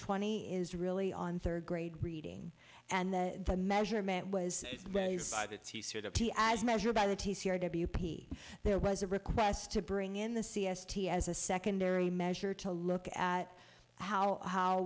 twenty is really on third grade reading and the the measurement was as measured by the w p there was a request to bring in the c s t as a secondary measure to look at how how